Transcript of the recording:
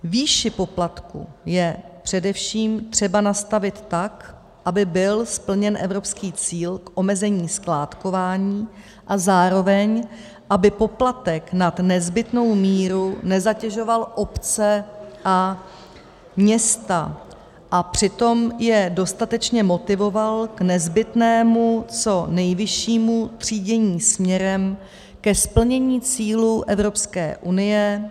Výši poplatku je především třeba nastavit tak, aby byl splněn evropský cíl k omezení skládkování a zároveň aby poplatek nad nezbytnou míru nezatěžoval obce a města a přitom je dostatečně motivoval k nezbytnému co nejvyššímu třídění směrem ke splnění cílů EU.